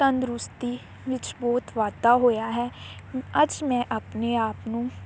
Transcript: ਤੰਦਰੁਸਤੀ ਵਿੱਚ ਬਹੁਤ ਵਾਧਾ ਹੋਇਆ ਹੈ ਅੱਜ ਮੈਂ ਆਪਣੇ ਆਪ ਨੂੰ